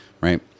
Right